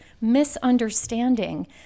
misunderstanding